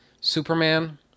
Superman